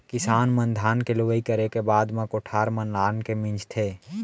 किसान मन धान के लुवई करे के बाद म कोठार म लानके मिंजथे